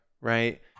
right